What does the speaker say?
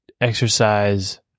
exercise